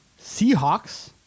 Seahawks